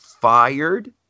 fired